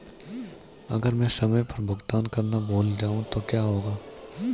अगर मैं समय पर भुगतान करना भूल जाऊं तो क्या होगा?